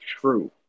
true